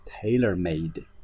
tailor-made